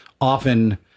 often